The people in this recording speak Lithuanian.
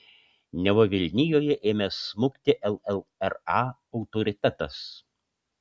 neva vilnijoje ėmęs smukti llra autoritetas